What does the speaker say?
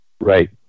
Right